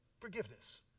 forgiveness